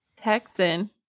Texan